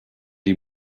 die